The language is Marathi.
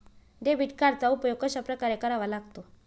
डेबिट कार्डचा उपयोग कशाप्रकारे करावा लागतो?